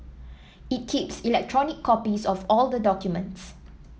it keeps electronic copies of all the documents